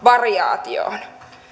variaatioon